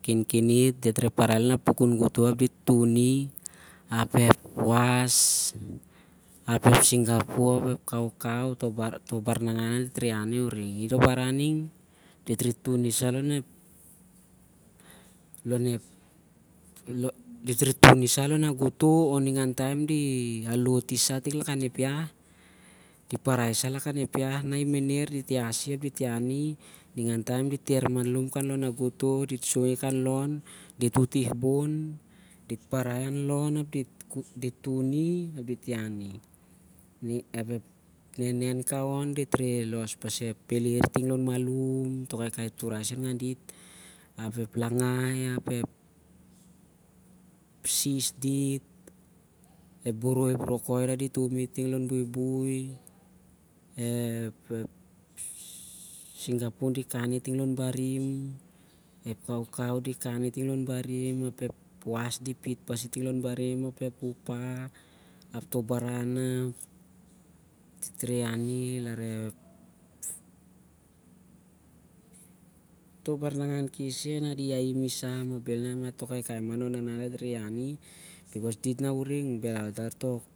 kinkinit dit reh parai lon- a- pukun gotoh ap ep singapore, ap ep- toh barnangan e nah dit reh iani uring. Itoh barnangan ning dit reh tuni sa lon ep gotoh o- ningar taem di alo't isah lon ep iah or di parai sah lon ep iah ap nah i- mener dit iasi ap dit iari. Ningan taem dit ter malum kanlon, dit utih bon ap dit parai anlon ap dit tuni ap dit iani. Ap ep nenen kaon dit los pasep pheler tinglon malum. ap ep langai ap ep- sis dit, ep boroi rokoi nah dit umi ting lon buibui, ep singapore di kani ting lon barim. ep kaukau di- kani ting lon barim ap ep was di pit pasi ting lon barim ap ep wupa, ap toh baran nangan na di haim isah, bhel mah lar toh kaikai naona-